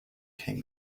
came